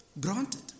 Granted